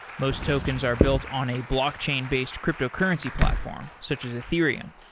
most tokens are built on a blockchain based cryptocurrency platform, such as ethereum.